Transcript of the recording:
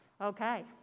Okay